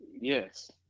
yes